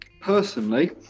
personally